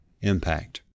impact